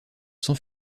sans